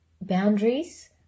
Boundaries